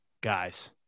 guys